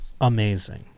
Amazing